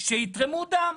שיתרמו דם.